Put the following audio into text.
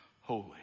holy